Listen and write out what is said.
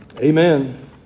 Amen